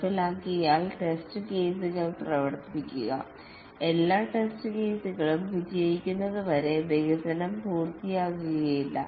നടപ്പിലാക്കിയാൽ test കേസുകൾ പ്രവർത്തിപ്പിക്കുക എല്ലാ ടെസ്റ്റ് കേസുകളും വിജയിക്കുന്നതുവരെ വികസനം പൂർത്തിയാകില്ല